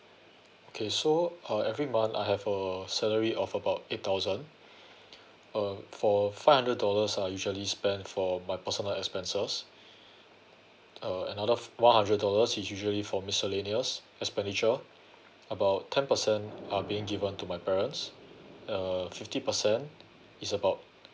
okay so uh every month I have a salary of about eight thousand uh for five hundred dollars I'll usually spend for my personal expenses uh another f~ one hundred dollars is usually for miscellaneous expenditure about ten percent are being given to my parents uh fifty percent is about